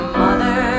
mother